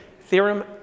theorem